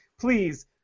Please